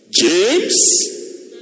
James